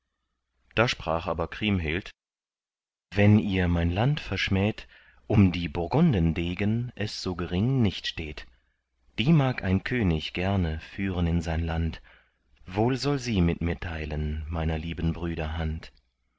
da sprach aber kriemhild wenn ihr mein land verschmäht um die burgunden degen es so gering nicht steht die mag ein könig gerne führen in sein land wohl soll sie mit mir teilen meiner lieben brüder hand